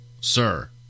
sir